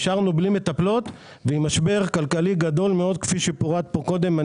נשארנו בלי מטפלות ועם משבר כלכלי גדול מאוד כפי שפורט פה קודם.